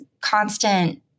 constant